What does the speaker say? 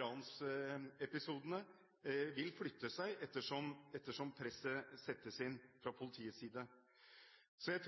ransepisodene vil flytte seg etter som presset settes inn fra politiets side.